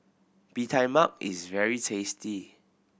Bee Tai Mak is very tasty